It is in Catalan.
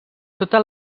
tota